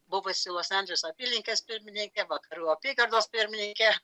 buvusi los andželo apylinkės pirmininkė vakarų apygardos pirmininkė